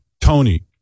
Tony